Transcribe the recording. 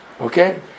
Okay